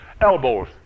elbows